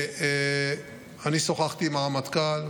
אני שוחחתי עם הרמטכ"ל,